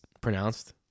pronounced